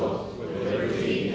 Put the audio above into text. oh really